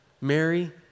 Mary